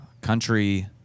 country